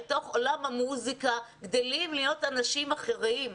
אל תוך עולם המוסיקה גדלים להיות אנשים אחרים.